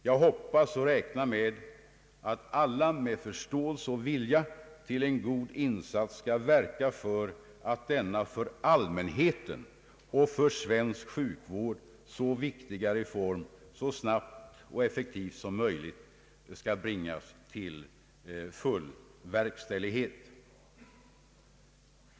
Jag hoppas och räknar på att alla med förståelse och vilja till en god insats skall verka för att denna för allmänheten och för svensk sjukvård mycket viktiga reform så snabbt och effektivt som möjligt skall bringas till full verkställighet.